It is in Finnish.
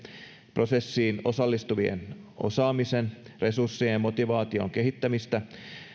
prosessiin osallistuvien osaamisen resurssien ja motivaation kehittämistä